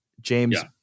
James